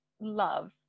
love